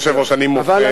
אדוני היושב-ראש אני מוחה,